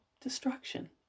destruction